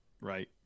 Right